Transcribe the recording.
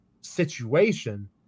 situation